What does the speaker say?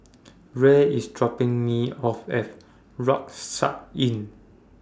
Rey IS dropping Me off At Rucksack Inn